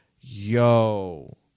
Yo